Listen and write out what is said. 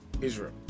Israel